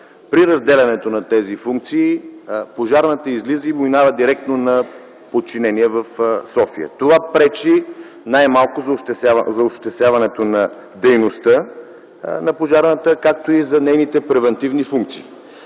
При разделянето на тези функции пожарната излиза и минава на директно подчинение в София. Това пречи най-малкото за осъществяването дейността на пожарната, както и за нейните превантивни функции.